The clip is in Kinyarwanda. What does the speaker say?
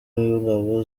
w’ingabo